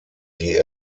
die